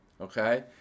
Okay